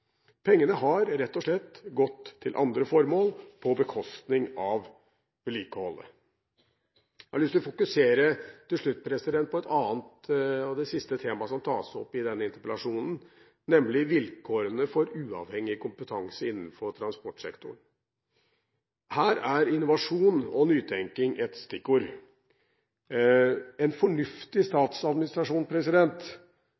Pengene har rett og slett gått til andre formål på bekostning av vedlikeholdet. Jeg har til slutt lyst til å fokusere på det siste temaet som tas opp i denne interpellasjonen, nemlig vilkårene for uavhengig kompetanse innenfor transportsektoren. Her er innovasjon og nytenking stikkord. En fornuftig